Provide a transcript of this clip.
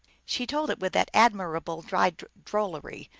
she told it with that admirable dry drollery,